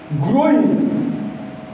growing